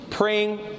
Praying